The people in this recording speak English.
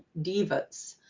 divas